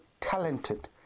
talented